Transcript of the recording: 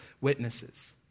witnesses